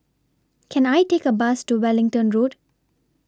Can I Take A Bus to Wellington Road